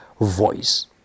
voice